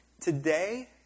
Today